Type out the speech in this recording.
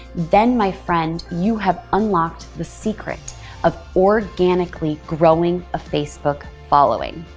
then, my friend, you have unlocked the secret of organically growing a facebook following.